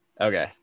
Okay